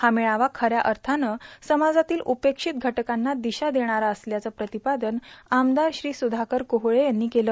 हा मेळवा खऱ्या अर्थानं समाजातील उपेक्षित घटकांना दिशा देणारा असल्याचं प्रतिपादन आमदार श्री सुधाकर कोहळे यांनी केलं